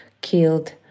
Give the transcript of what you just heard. killed